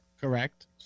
Correct